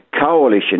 coalition